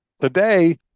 Today